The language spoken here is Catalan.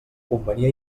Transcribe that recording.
convenia